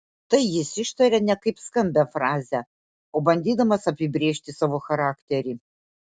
tai jis ištaria ne kaip skambią frazę o bandydamas apibrėžti savo charakterį